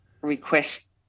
request